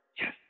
Yes